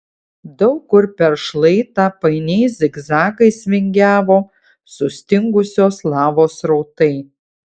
daug kur per šlaitą painiais zigzagais vingiavo sustingusios lavos srautai